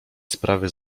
sprawy